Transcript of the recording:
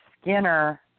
Skinner